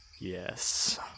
yes